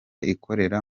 ikorera